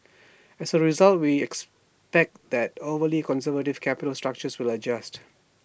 as A result we expect that overly conservative capital structures will adjust